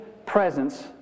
Presence